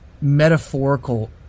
metaphorical